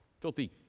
filthy